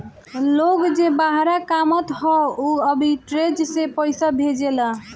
लोग जे बहरा कामत हअ उ आर्बिट्रेज से पईसा भेजेला